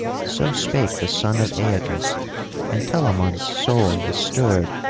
so spake the son of aeacus and telamon's soul was stirred,